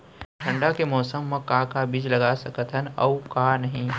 ठंडा के मौसम मा का का बीज लगा सकत हन अऊ का नही?